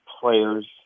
players